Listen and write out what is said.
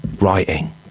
writing